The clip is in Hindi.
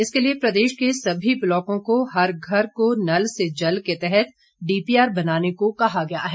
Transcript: इसके लिए प्रदेश के सभी ब्लाकों को हर घर को नल से जल के तहत डीपीआर बनाने को कहा गया है